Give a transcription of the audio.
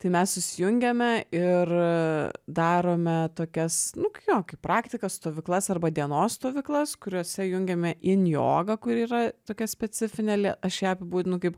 tai mes susijungiame ir darome tokias nuk jo kaip praktikas stovyklas arba dienos stovyklas kuriose jungiame in jogą kuri yra tokia specifinėlie aš ją apibūdinu kaip